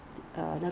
二三十块 ah